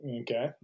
Okay